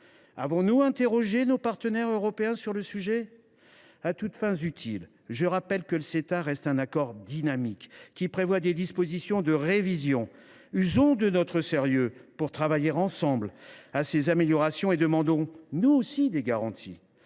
Avons nous interrogé nos partenaires européens à ce sujet ? À toutes fins utiles, je rappelle que le Ceta reste un accord dynamique, qui prévoit des dispositions de révision. Usons de notre sérieux pour travailler ensemble à ces améliorations et demandons nous aussi des garanties